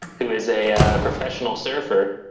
who is a professional surfer.